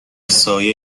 سایه